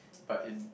but in